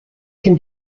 can